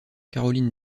caroline